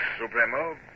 Supremo